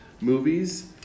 movies